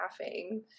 laughing